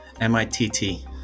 m-i-t-t